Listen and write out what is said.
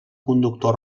conductor